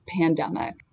pandemic